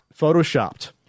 Photoshopped